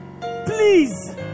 please